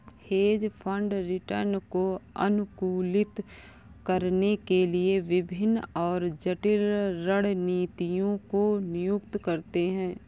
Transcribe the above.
hedge fund return को अनुकूलित करने के लिए विभिन्न और जटिल रणनीतियों को नियुक्त करते हैं